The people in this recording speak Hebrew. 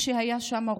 מי שהיה שם,